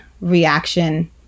reaction